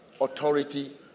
Authority